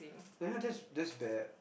yeah that's that's bad